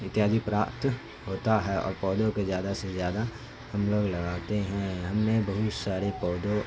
اتیادی پراپت ہوتا ہے اور پودوں کے زیادہ سے زیادہ ہم لوگ لگاتے ہیں ہم نے بہت سارے پودوں